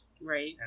Right